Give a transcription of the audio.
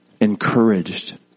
encouraged